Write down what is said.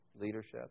leadership